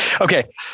Okay